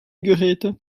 geräte